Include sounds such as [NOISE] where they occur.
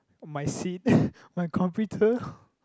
my seat [BREATH] my computer